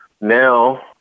Now